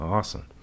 Awesome